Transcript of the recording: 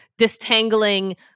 distangling